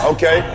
Okay